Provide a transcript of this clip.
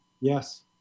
Yes